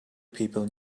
people